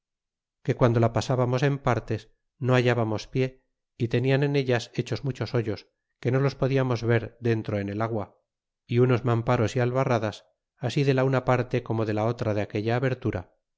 que guando la pasábamos en partes no hallábamos pie é te'dan en ellas hechos muchos hoyos que no los podiamos ver dentro en el agua é unos mamparos é albarradas ansi de la una parte como de la otra de aquella abertura